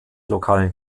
lokalen